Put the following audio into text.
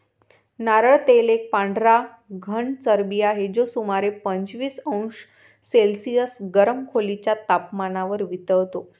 नारळ तेल एक पांढरा घन चरबी आहे, जो सुमारे पंचवीस अंश सेल्सिअस गरम खोलीच्या तपमानावर वितळतो